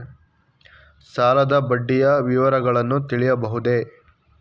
ಸಾಲದ ಬಡ್ಡಿಯ ವಿವರಗಳನ್ನು ತಿಳಿಯಬಹುದೇ?